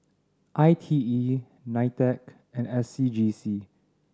I T E NITEC and S C G C